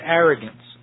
arrogance